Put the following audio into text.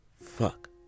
Fuck